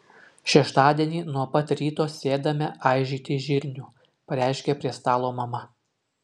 šeštadienį nuo pat ryto sėdame aižyti žirnių pareiškė prie stalo mama